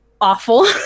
awful